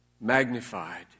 magnified